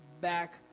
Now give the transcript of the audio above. back